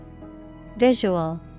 Visual